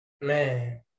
Man